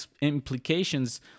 implications